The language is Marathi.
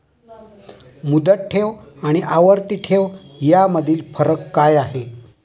मुदत ठेव आणि आवर्ती ठेव यामधील फरक काय आहे?